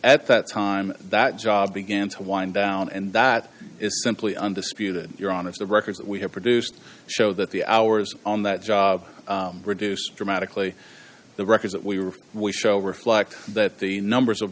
at that time that job began to wind down and that is simply undisputed your honour's the records that we have produced show that the hours on that job reduced dramatically the records that we were we show reflect that the numbers of